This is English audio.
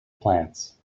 plants